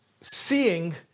seeing